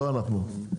לא אנחנו.